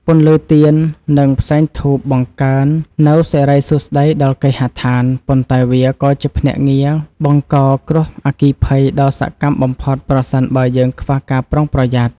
ពន្លឺទៀន និងផ្សែងធូបបង្កើននូវសិរីសួស្តីដល់គេហដ្ឋាន ប៉ុន្តែវាក៏ជាភ្នាក់ងារបង្កគ្រោះអគ្គិភ័យដ៏សកម្មបំផុតប្រសិនបើយើងខ្វះការប្រុងប្រយ័ត្ន។